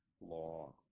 law